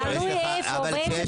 תלוי איפה הרופא מבצע את הניתוח.